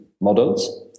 models